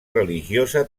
religiosa